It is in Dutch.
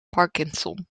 parkinson